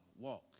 walk